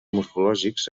morfològics